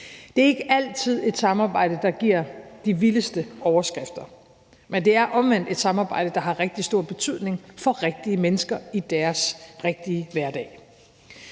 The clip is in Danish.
Det er ikke altid et samarbejde, der giver de vildeste overskrifter, men det er omvendt et samarbejde, der har rigtig stor betydning for rigtige mennesker i deres rigtige hverdag.